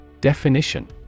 Definition